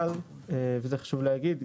אבל וזה חשוב להגיד,